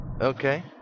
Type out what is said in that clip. Okay